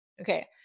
Okay